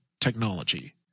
technology